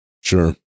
Sure